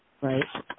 Right